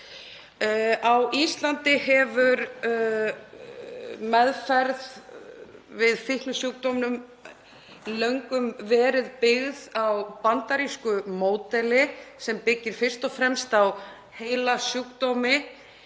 Á Íslandi hefur meðferð við fíknisjúkdómum löngum verið byggð á bandarísku módeli sem byggist fyrst og fremst á heilasjúkdómi.